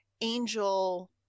Angel